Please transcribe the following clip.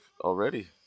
already